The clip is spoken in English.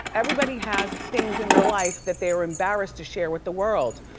everybody has things in their life that they're embarrassed to share with the world.